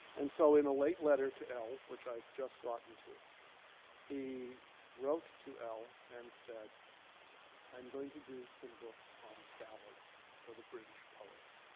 and so in a late letter to ell, which i've just gotten to he wrote to ell and said i'm going to do some books on ballads for the british poets.